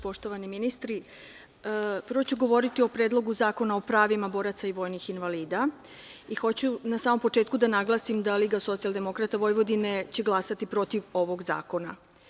Poštovani ministri, prvo ću govoriti o Predlogu zakona o pravima boraca i vojnih invalida i hoću na samom početku da naglasim da Liga socijaldemokrata Vojvodine će glasati protiv ovog zakona.